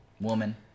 Woman